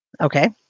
Okay